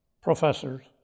professors